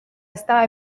estaba